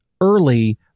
early